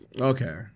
okay